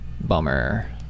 Bummer